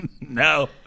No